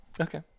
okay